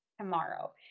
tomorrow